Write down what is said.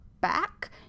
back